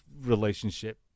relationship